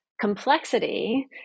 Complexity